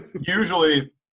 Usually